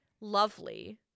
lovely